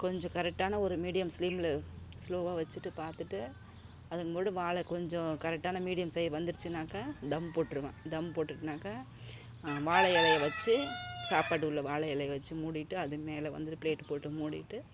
கொஞ்சம் கரெக்டான ஒரு மீடியம் ஸ்லிம்மில் ஸ்லோவாக வச்சுட்டு பார்த்துட்டு வாழ கொஞ்சம் கரெக்டான மீடியம் ச வந்துடுச்சுனாக்கா தம் போட்டுடுவேன் தம் போட்டுட்டேனாக்கா வாழை இலையை வச்சு சாப்பாடு உள்ள வாழை இலையை வச்சு மூடிவிட்டு அதுமேல் வந்து ப்ளேட் போட்டு மூடிவிட்டு